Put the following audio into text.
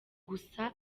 gusa